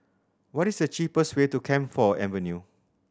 what is the cheapest way to Camphor Avenue